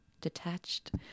detached